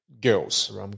girls